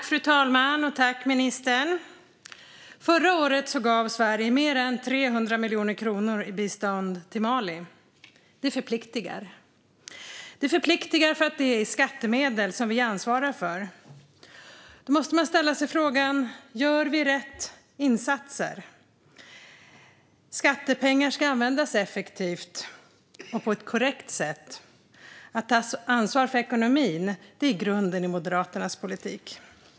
Fru talman! Tack, ministern! Förra året gav Sverige mer än 300 miljoner kronor i bistånd till Mali. Det förpliktar, för det är skattemedel som vi ansvarar för. Då måste man ställa sig frågan: Gör vi rätt insatser? Skattepengar ska användas effektivt och på ett korrekt sätt. Att ta ansvar för ekonomin är grunden i Moderaternas politik.